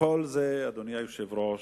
וכל זה, אדוני היושב-ראש,